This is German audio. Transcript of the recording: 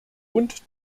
und